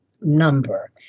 number